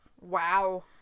Wow